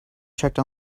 checked